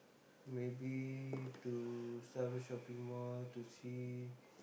maybe to some shopping mall to see